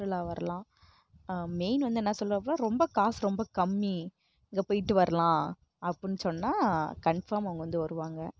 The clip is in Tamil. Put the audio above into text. சுற்றுலா வரலாம் மெய்ன் வந்து என்ன சொல்லணும் அப்புடினா ரொம்ப காசு ரொம்ப கம்மி இங்கே போயிட்டு வரலாம் அப்புடினு சொன்னால் கன்ஃபாம் அவங்க வந்து வருவாங்க